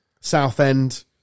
Southend